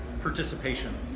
participation